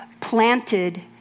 planted